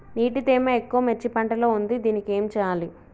నీటి తేమ ఎక్కువ మిర్చి పంట లో ఉంది దీనికి ఏం చేయాలి?